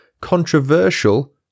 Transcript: controversial